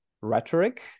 rhetoric